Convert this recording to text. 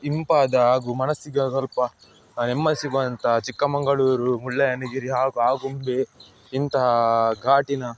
ಇಂಪಾದ ಹಾಗೂ ಮನಸ್ಸಿಗೆ ಸ್ವಲ್ಪ ನೆಮ್ಮದಿ ಸಿಗುವಂಥ ಚಿಕ್ಕಮಗಳೂರು ಮುಳ್ಳಯ್ಯನಗಿರಿ ಹಾಗೂ ಆಗುಂಬೆ ಇಂತಹ ಘಾಟಿನ